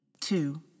Two